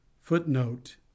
footnote